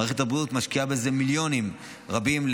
מערכת הבריאות משקיעה בזה מיליונים רבים,